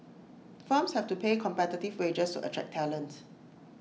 firms have to pay competitive wages to attract talent